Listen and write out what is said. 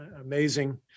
amazing